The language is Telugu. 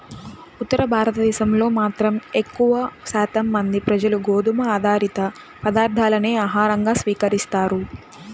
ఉత్తర భారతదేశంలో మాత్రం ఎక్కువ శాతం మంది ప్రజలు గోధుమ ఆధారిత పదార్ధాలనే ఆహారంగా స్వీకరిస్తారు